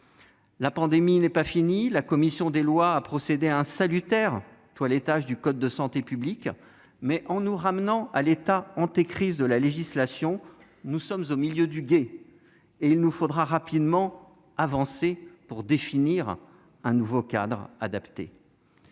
la pandémie n'est pas finie. La commission des lois a procédé à un salutaire toilettage du code de la santé publique, mais en nous ramenant à l'état crise de la législation ; nous sommes au milieu du gué. Il nous faudra rapidement avancer pour définir un nouveau cadre adapté.